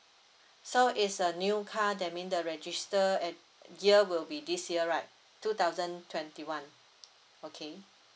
so is a new car that mean the register at year will be this year right two thousand twenty one okay